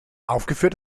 aufgeführt